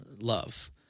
love